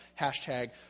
hashtag